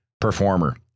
performer